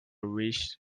wished